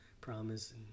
promise